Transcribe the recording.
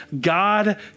God